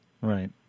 Right